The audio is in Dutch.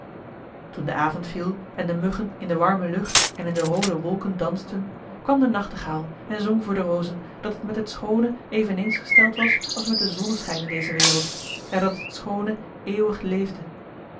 toen de avond viel en de muggen in de warme lucht en in de roode wolken dansten kwam de nachtegaal en zong voor de rozen dat het met het schoone eveneens gesteld was als met den zonneschijn in deze wereld en dat het schoone eeuwig leefde